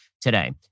today